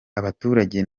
abaturage